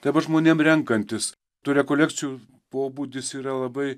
dabar žmonėm renkantis tų rekolekcijų pobūdis yra labai